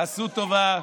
תעשו טובה,